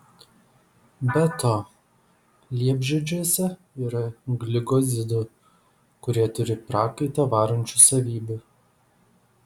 be to liepžiedžiuose yra glikozidų kurie turi prakaitą varančių savybių